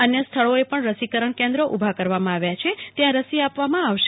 અન્ય સ્થળોએ પણ રસીકરણ કેન્દ્રો ઉભા કરવામાં આવ્યા છે ત્યાં રસી આપવામાં આવશે